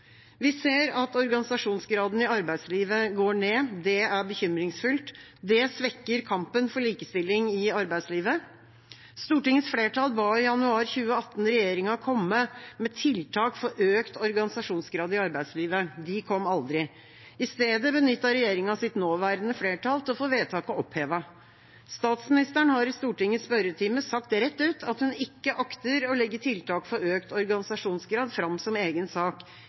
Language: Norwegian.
Vi ser at organisasjonsgraden i arbeidslivet går ned. Det er bekymringsfullt, det svekker kampen for likestilling i arbeidslivet. Stortingets flertall ba i januar 2018 regjeringa komme med tiltak for økt organisasjonsgrad i arbeidslivet. De kom aldri. I stedet benyttet regjeringa sitt nåværende flertall til å få vedtaket opphevet. Statsministeren har i Stortingets spørretime sagt rett ut at hun ikke akter å legge tiltak for økt organisasjonsgrad fram som egen sak.